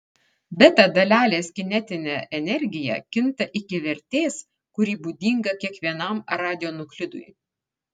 beta dalelės kinetinė energija kinta iki vertės kuri būdinga kiekvienam radionuklidui